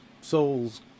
souls